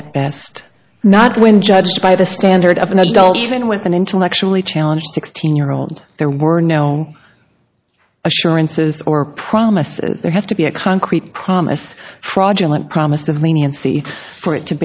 at best not when judged by the standard of an adult woman with an intellectually challenged sixteen year old there were no assurances or promises there has to be a concrete promise fraudulent promise of leniency for it to